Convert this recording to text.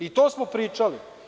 I to smo pričali.